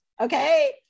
Okay